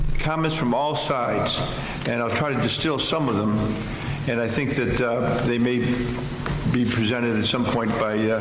comments from all sides and i'll try to distill some of them and i think that they may be presented at some point by.